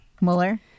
Mueller